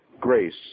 grace